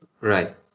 Right